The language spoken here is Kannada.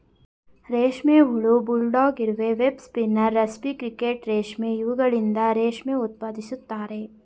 ರೇಷ್ಮೆ ಹುಳ, ಬುಲ್ಡಾಗ್ ಇರುವೆ, ವೆಬ್ ಸ್ಪಿನ್ನರ್, ರಾಸ್ಪಿ ಕ್ರಿಕೆಟ್ ರೇಷ್ಮೆ ಇವುಗಳಿಂದ ರೇಷ್ಮೆ ಉತ್ಪಾದಿಸುತ್ತಾರೆ